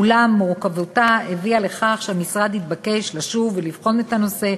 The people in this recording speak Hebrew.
אולם מורכבותה הביאה לכך שהמשרד התבקש לשוב ולבחון את הנושא,